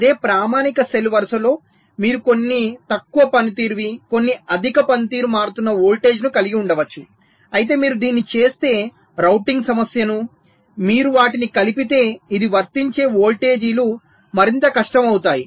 అదే ప్రామాణిక సెల్ వరుసలో మీరు కొన్ని తక్కువ పనితీరువి కొన్ని అధిక పనితీరు మారుతున్న వోల్టేజ్ను కలిగి ఉండవచ్చు అయితే మీరు దీన్ని చేస్తే రౌటింగ్ సమస్యను మీరు వాటిని కలిపితే ఇది వర్తించే వోల్టేజీలు మరింత కష్టమవుతాయి